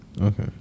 Okay